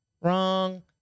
Wrong